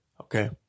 Okay